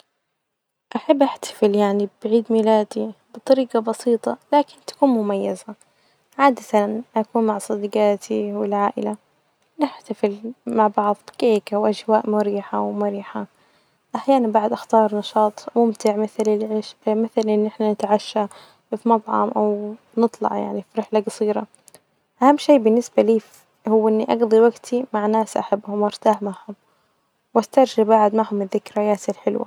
أحب أحتفل يعني بعيد ميلادي بطريجة بسيطة لكن تكون مميزة، عادة أكون مع صديجاتي والعائلة نحتفل مع بعض كيكة وأجواء مريحة، ومرحة، أحيانا بعد أختار نشاط ممتع مثل العش-مثل إن إحنا نتعشي في مطعم أو نطلع يعني رحلة جصيرة، أهم شئ بالنسبة لي هو إني أجضي وجتي مع ناس أحبهم وأرتاح معهم وأسترجع بعد معهم الذكريات الحلوة.